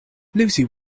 lucy